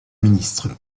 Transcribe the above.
ministre